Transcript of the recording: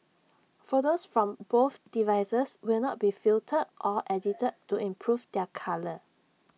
photos from both devices will not be filtered or edited to improve their colour